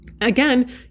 Again